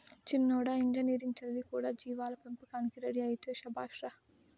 చిన్నోడా ఇంజనీరింగ్ చదివి కూడా జీవాల పెంపకానికి రెడీ అయితివే శభాష్ రా